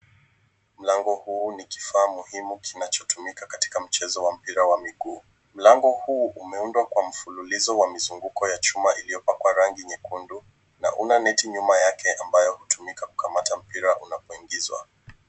Mlango huu ni kifaa muhimu kinachotumika katika mchezo wa mpira wa miguu. Mlango huu umeundwa kwa mfululizo wa mizunguko ya chuma iliyopakwa rangi nyekundu, na una neti nyuma yake ambayo hutumika kukamata mpira unapoingizwa.